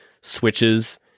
switches